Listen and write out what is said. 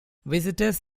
visitors